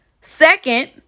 Second